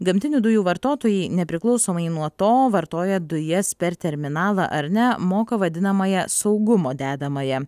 gamtinių dujų vartotojai nepriklausomai nuo to vartoja dujas per terminalą ar ne moka vadinamąją saugumo dedamąją